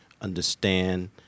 understand